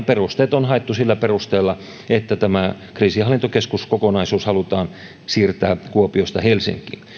perusteet on haettu sillä perusteella että tämä kriisinhallintakeskus kokonaisuus halutaan siirtää kuopiosta helsinkiin